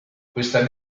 questa